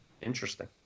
interesting